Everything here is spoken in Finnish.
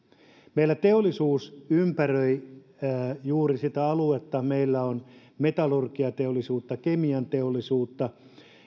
meillä teollisuus ympäröi juuri sitä aluetta meillä on metallurgiateollisuutta kemianteollisuutta